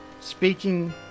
speaking